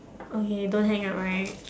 okay don't hang up right